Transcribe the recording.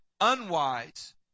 unwise